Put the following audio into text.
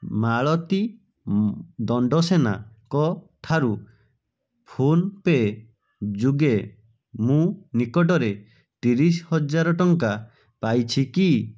ମାଳତୀ ଦଣ୍ଡସେନାଙ୍କ ଠାରୁ ଫୋନ୍ପେ ଯୋଗେ ମୁଁ ନିକଟରେ ତିରିଶି ହଜାର ଟଙ୍କା ପାଇଛି କି